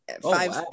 five